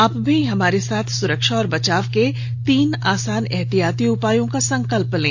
आप भी हमारे साथ सुरक्षा और बचाव के तीन आसान एहतियाती उपायों का संकल्प लें